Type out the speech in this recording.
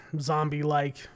zombie-like